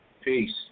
Peace